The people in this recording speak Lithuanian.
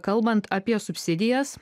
kalbant apie subsidijas